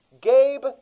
Gabe